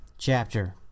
Chapter